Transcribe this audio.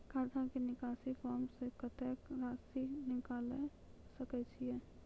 खाता से निकासी फॉर्म से कत्तेक रासि निकाल सकै छिये?